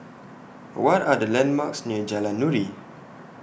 What Are The landmarks near Jalan Nuri